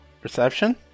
Perception